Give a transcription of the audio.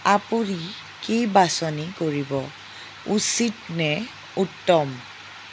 আপুনি কি বাছনি কৰিব উচিত নে উত্তম